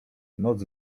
noc